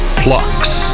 plucks